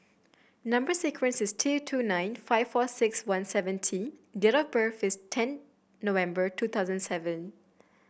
number sequence is T two nine five four six one seven T date of birth is ten November two thousand seven